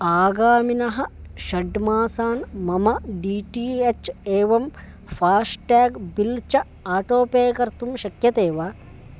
आगामिनः षड् मासान् मम डी टी एच् एवं फ़ास्टेग् बिल् च आटो पे कर्तुं शक्यते वा